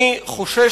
אני חושש,